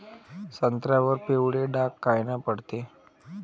संत्र्यावर पिवळे डाग कायनं पडते?